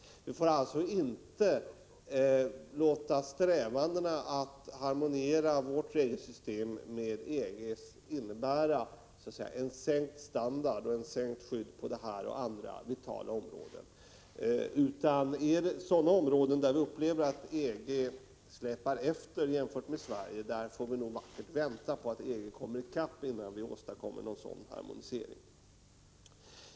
Vi får alltså inte låta strävandena att harmonisera vårt regelsystem med EG:s leda till en sänkt standard och ett sänkt skydd på dessa och andra vitala områden. På sådana områden där vi upplever att EG släpar efter gentemot Sverige får vi nog vackert vänta på att EG kommer ikapp, innan vi åstadkommer någon harmonisering.